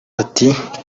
ati